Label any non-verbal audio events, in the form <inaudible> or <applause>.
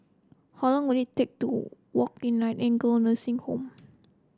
how long will it take to walk <unintelligible> Nightingale Nursing Home